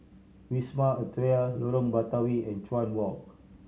Wisma Atria Lorong Batawi and Chuan Walk